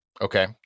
Okay